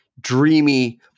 dreamy